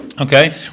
Okay